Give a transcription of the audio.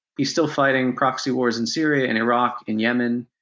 he's still fighting proxy wars in syria and iraq, in yemen,